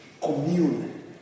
commune